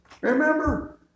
Remember